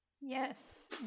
Yes